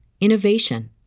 innovation